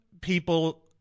people